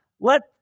let